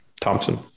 Thompson